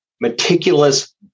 meticulous